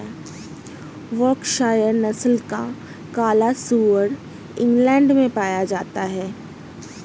Berkshire नस्ल का काला सुअर इंग्लैण्ड में पाया जाता है